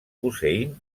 hussein